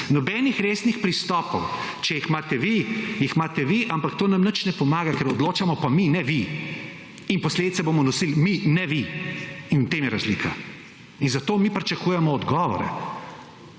nobenih resnih pristopov. Če jih imate vi, jih imate vi, ampak to nam nič ne pomaga, ker odločamo pa mi, ne vi. In posledice bomo nosili mi, ne vi. In v tem je razlika in zato mi pričakujemo odgovore.